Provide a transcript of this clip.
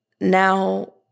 now